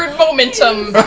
ah momentum.